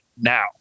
now